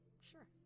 sure